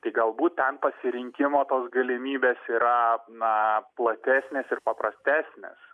tai galbūt ten pasirinkimo tos galimybės yra na platesnės ir paprastesnės